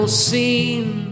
scene